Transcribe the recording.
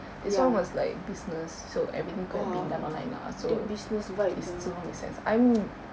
this [one] was like business so everything could have been done online lah so it semua makes sense ah I'm